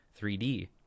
3D